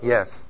Yes